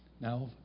Now